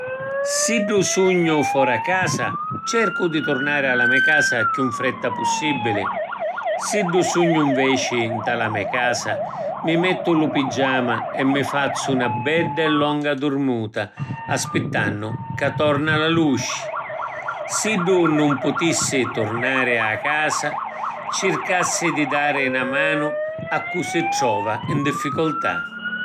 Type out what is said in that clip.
Siddu sugnu fora casa, cercu di turnari a la me casa chiù in fretta pussibili. Siddu sugnu nveci nta la me casa, mi mettu lu pigiama e mi fazzu na bedda e longa durmuta aspittannu ca torna la luci. Siddu nun putissi turnari a casa, circassi di dari na manu a cu si trova in difficultà.